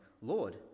Lord